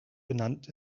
benannt